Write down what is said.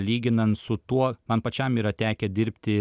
lyginant su tuo man pačiam yra tekę dirbti